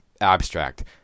abstract